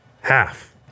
half